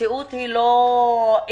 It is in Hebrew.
המציאות היא לא אידיאלית,